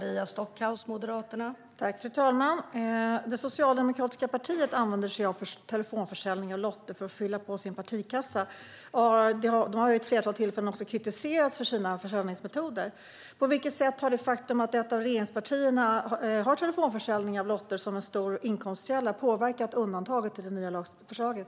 Fru talman! Det socialdemokratiska partiet använder sig av telefonförsäljning av lotter för att fylla på sin partikassa och har vid ett flertal tillfällen kritiserats för sina försäljningsmetoder. På vilket sätt har det faktum att ett av regeringspartierna har telefonförsäljning av lotter som en stor inkomstkälla påverkat undantaget i det nya lagförslaget?